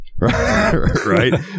right